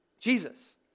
Jesus